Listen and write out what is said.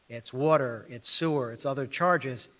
it's water, it's sewer, it's other charges,